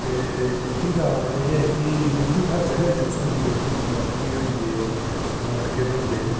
ते मिट्टी दा एह् ऐ की हर जगह यूज़ होंदी ऐ जि'यां कि होइये मटके बनदे